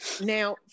Now